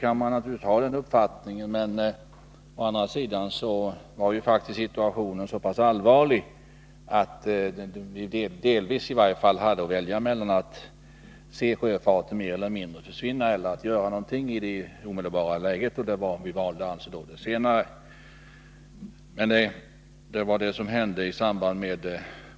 Man kan naturligtvis ha den uppfattningen, men å andra sidan var faktiskt situationen så pass allvarlig att vi hade att välja mellan att se sjöfarten mer eller mindre försvinna eller att göra någonting omedelbart. Vi valde alltså det senare.